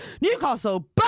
Newcastle